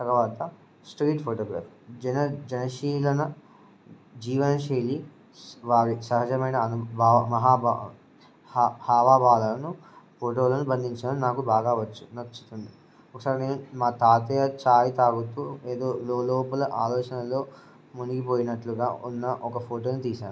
తర్వాత street photography జనశీలన జీవనశైలి వారి సహజమైన హావాభావాలను ఫోటోలలో బంధించడం నాకు బాగావచ్చు నచ్చుతుంది ఒకసారి నేను మా తాతయ్య చాయి తాగుతూ ఏదో లోలోపల ఆలోచనలో మునిగిపోయినట్లుగా ఉన్న ఒక ఫోటోని తీశాను